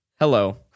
Hello